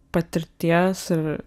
patirties ir